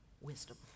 wisdom